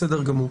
בסדר גמור.